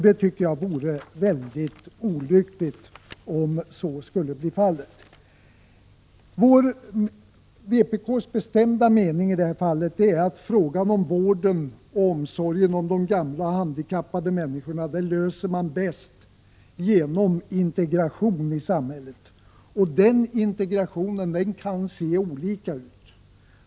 Det vore mycket olyckligt om så skulle vara fallet. Vpk:s bestämda mening är att frågan om vård och omsorg om de gamla och handikappade människorna löses bäst genom integration i samhället. Integration kan ha olika utseende.